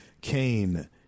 Cain